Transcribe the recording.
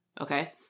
Okay